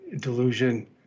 delusion